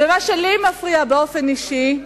מה שלי מפריע באופן אישי,